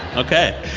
ok.